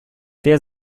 der